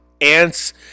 ants